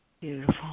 Beautiful